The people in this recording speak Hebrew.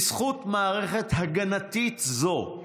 בזכות מערכת הגנתית זו,